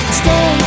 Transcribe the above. stay